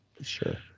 Sure